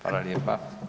Hvala lijepa.